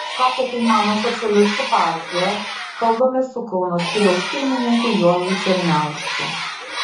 ką apie tai mano socialistų partija kalbamės su kauno skyriaus pirmininku juozu černiausku